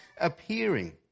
appearing